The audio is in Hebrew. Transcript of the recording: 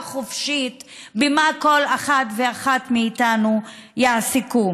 חופשית במה כל אחת ואחד מאיתנו יעסוק.